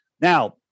Now